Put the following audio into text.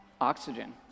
oxygen